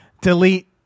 delete